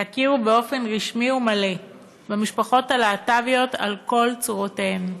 והכירו באופן רשמי ומלא במשפחות הלהט"ביות על כל צורותיהן.